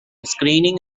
screening